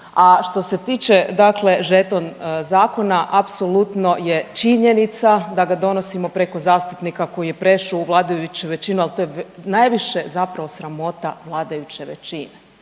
a što se tiče, dakle, žeton zakona, apsolutno je činjenica da ga donosimo preko zastupnika koji je prešao u vladajuću većinu, ali to je najviše zapravo sramota vladajuće većine,